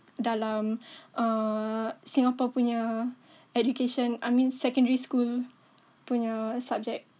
dalam err Singapore punya education I mean secondary school punya subject